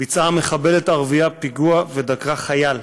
ביצעה מחבלת ערבייה פיגוע ודקרה חייל,